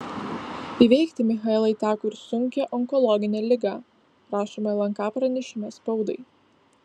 įveikti michaelai teko ir sunkią onkologinę ligą rašoma lnk pranešime spaudai